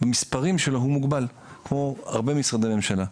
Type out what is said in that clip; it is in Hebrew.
שבמספרים שלו הוא מוגבל כמו הרבה משרדי ממשלה.